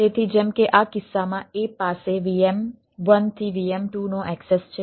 તેથી જેમ કે આ કિસ્સામાં A પાસે VM1 થી VM2 નો એક્સેસ છે